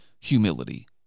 humility